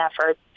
efforts